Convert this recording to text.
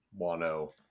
Wano